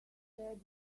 said